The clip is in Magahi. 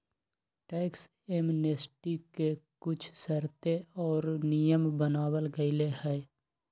टैक्स एमनेस्टी के कुछ शर्तें और नियम बनावल गयले है